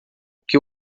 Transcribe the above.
que